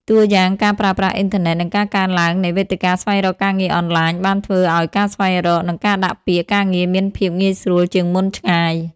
តួយ៉ាងការប្រើប្រាស់អ៊ីនធឺណិត និងការកើនឡើងនៃវេទិកាស្វែងរកការងារអនឡាញ បានធ្វើឲ្យការស្វែងរក និងការដាក់ពាក្យការងារមានភាពងាយស្រួលជាងមុនឆ្ងាយ។